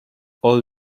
all